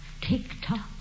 tick-tock